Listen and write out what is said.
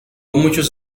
muchos